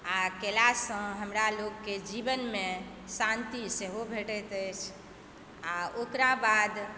आओर कयलासँ हमरा लोकके जीवनमे शान्ति सेहो भेटैत अछि आओर ओकरा बाद